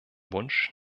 wunsch